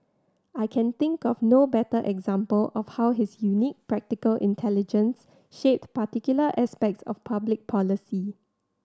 I can think of no better example of how his unique practical intelligence shaped particular aspects of public policy